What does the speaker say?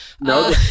No